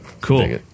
Cool